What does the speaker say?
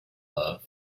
love